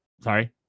Sorry